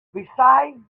besides